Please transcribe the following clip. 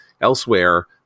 elsewhere